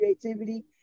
creativity